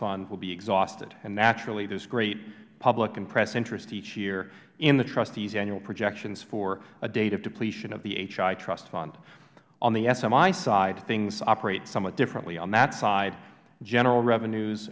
fund will be exhausted and naturally there's great public and press interest each year in the trustees annual projections for a date of depletion of the hi trust fund on the smi side things operate somewhat differently on that side general revenues